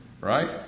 right